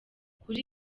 kuri